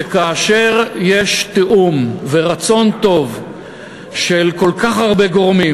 שכאשר יש תיאום ורצון טוב של כל כך הרבה גורמים,